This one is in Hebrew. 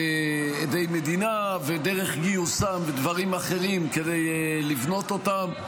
בעדי מדינה ודרך גיוסם ודברים אחרים כדי לבנות אותם,